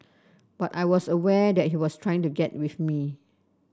but I was aware that he was trying to get with me